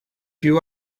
you